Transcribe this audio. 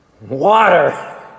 water